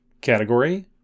category